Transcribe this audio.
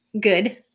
Good